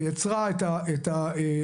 ויצרה את הייצוג,